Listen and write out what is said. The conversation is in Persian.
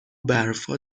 برفا